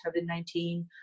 COVID-19